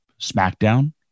Smackdown